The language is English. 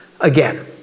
again